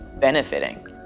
benefiting